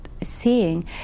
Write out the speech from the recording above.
seeing